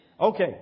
Okay